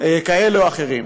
כאלה או אחרים.